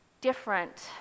different